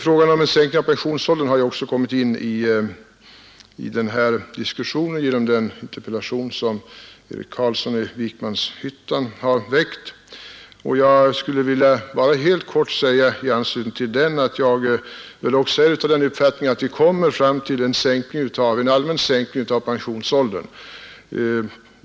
Frågan om en sänkning av pensionsåldern har även kommit in i den här diskussionen genom den interpellation som herr Carlsson i Vikmanshyttan har framställt. Jag skulle i anslutning till den bara helt kort vilja säga, att jag också är av den uppfattningen att vi kommer fram till en allmän sänkning av pensionsåldern.